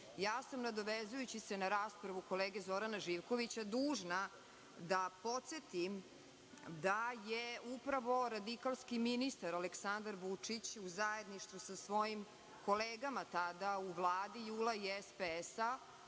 trenutku. Nadovezujući se na raspravu kolege Zorana Živkovića, dužna sam da podsetim da je upravo radikalski ministar Aleksandar Vučić, u zajedništvu sa svojim kolegama tada, u Vladi JUL-a i SPS-a